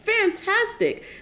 fantastic